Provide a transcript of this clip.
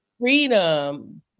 Freedom